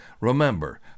Remember